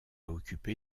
occupé